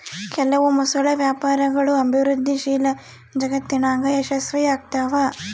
ಕೆಲವು ಮೊಸಳೆ ವ್ಯಾಪಾರಗಳು ಅಭಿವೃದ್ಧಿಶೀಲ ಜಗತ್ತಿನಾಗ ಯಶಸ್ವಿಯಾಗ್ತವ